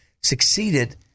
succeeded